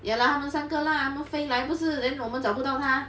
ya lah 他们三个 lah 他们飞来不是 then 我们找不到他